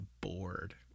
bored